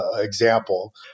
example